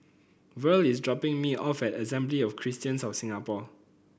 Verl is dropping me off at Assembly of Christians of Singapore